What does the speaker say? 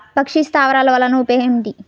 పక్షి స్థావరాలు వలన ఉపయోగం ఏమిటి?